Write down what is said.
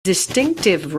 distinctive